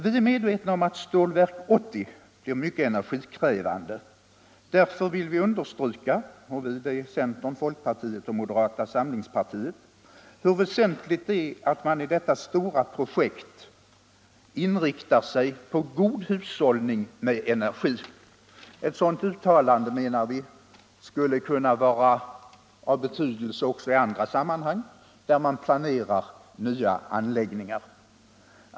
Vi är medvetna om att Stålverk 80 blir mycket energikrävande, därför vill vi understryka — vi, det är centern, folkpartiet och moderata samlingspartiet — hur väsentligt det är att man i detta stora projekt inriktar sig på god hushållning med energin. Ett sådant uttalande, menar vi, skulle kunna vara av betydelse också i andra sammanhang, där man planerar nya anläggningar.